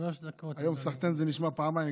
היום סחתיין זה נשמע פעמיים,